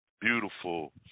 Beautiful